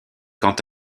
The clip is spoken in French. quant